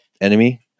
enemy